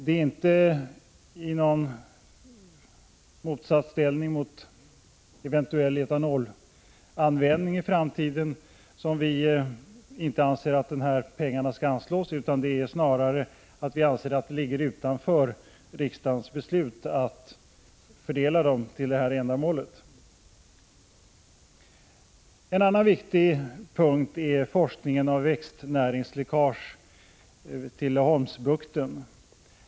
Det är inte i motsatsställning till en eventuell etanolanvändning i framtiden som vi anser att dessa pengar inte skall anslås, utan det är snarare så att vi anser att det ligger utanför riksdagens beslutsområde att fördela dem till detta ändamål. En annan viktig punkt är forskningen om växtnäringsläckage till Laholmsbukten.